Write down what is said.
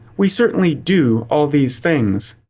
we certainly do all these things.